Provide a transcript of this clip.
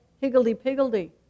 higgledy-piggledy